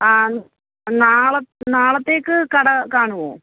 ആ നാളെ നാളത്തേക്ക് കട കാണുമോ